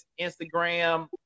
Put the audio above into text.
Instagram